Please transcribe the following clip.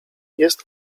jest